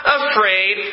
afraid